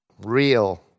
real